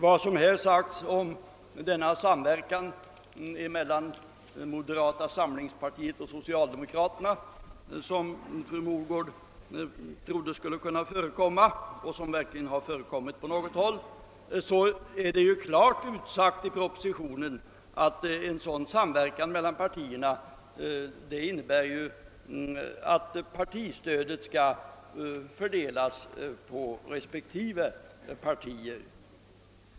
När det gäller den samverkan mellan socialdemokraterna och moderata samlingspartiet som fru Mogård trodde skulle kunna förekomma och som verkligen på något håll har förekommit, är det klart utsagt i propositionen att partistödet vid en sådan samverkan mellan partier skall fördelas på respektive partier.